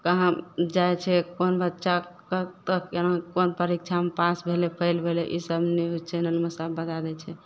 कहाँ जाइ छै कोन बच्चा सब कत यहाँ कोन परीक्षामे पास भेलय फेल भेलय ईसब न्यूज चैनलमे सब बताबय छै